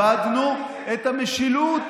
איבדנו את המשילות.